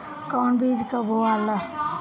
कौन बीज कब बोआला?